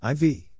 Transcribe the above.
IV